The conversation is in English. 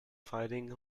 fighting